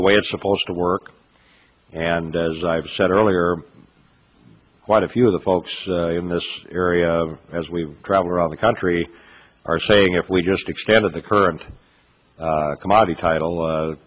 the way it's a poll to work and as i've said earlier quite a few of the folks in this area as we travel around the country are saying if we just expanded the current commodity title